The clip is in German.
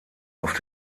auf